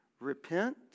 Repent